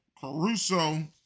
Caruso